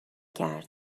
کرد